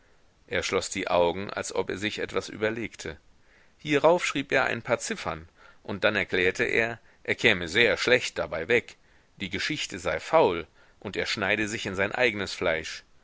er schloß die augen als ob er sich etwas überlegte hierauf schrieb er ein paar ziffern und dann erklärte er er käme sehr schlecht dabei weg die geschichte sei faul und er schneide sich in sein eignes fleisch